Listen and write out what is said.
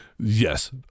yes